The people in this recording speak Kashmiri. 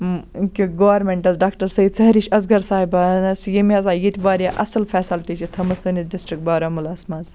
کہِ گورمِنٹَس ڈاکٹَر سید سہرِش اَصغَر صاحِباہَس یٔمۍ ہَسا ییٚتہِ واریاہ اصٕل فیسَلٹی چھِ تھٲمٕژ سٲنِس ڈِسٹرک بارامُلاہَس مَنٛز